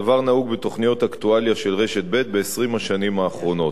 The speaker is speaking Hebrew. הדבר נהוג בתוכניות אקטואליה של רשת ב' ב-20 השנים האחרונות.